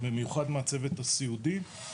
ובמיוחד מהצוות הסיעודי.